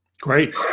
Great